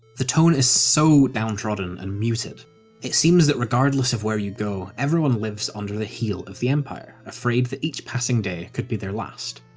the tone is so downtrodden, and muted it seems that regardless of where you go, everyone lives under the heel of the empire, afraid that each passing day could be their last.